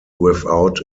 without